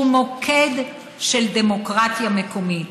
הוא מוקד של דמוקרטיה מקומית.